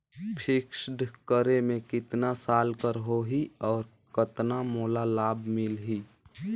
Fixed करे मे कतना साल कर हो ही और कतना मोला लाभ मिल ही?